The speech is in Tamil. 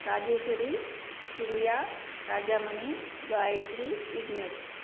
ராஜேஸ்வரி பிரியா ராஜாமணி காயத்ரி விக்னேஷ்